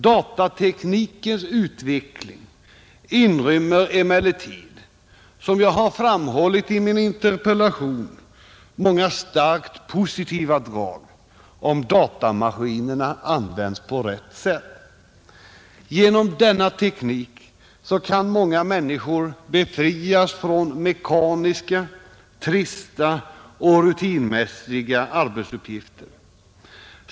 Datateknikens utveckling inrymmer emellertid, som jag framhållit i min interpellation, många starkt positiva drag, om datamaskinerna används på rätt sätt. Genom denna teknik kan många människor befrias från mekaniska, trista och rutinmässiga arbetsuppgifter.